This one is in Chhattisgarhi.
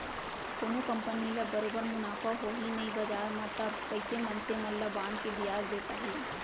कोनो कंपनी ल बरोबर मुनाफा होही नइ बजार म तब कइसे मनसे मन ल बांड के बियाज दे पाही